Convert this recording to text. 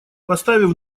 поставив